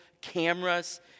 cameras